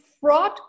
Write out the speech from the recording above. fraud